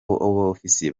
ofisiye